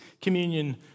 communion